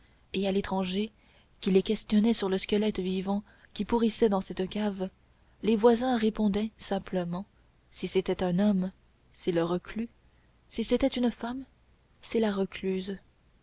et à l'étranger qui les questionnait sur le squelette vivant qui pourrissait dans cette cave les voisins répondaient simplement si c'était un homme c'est le reclus si c'était une femme c'est la recluse